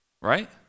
Right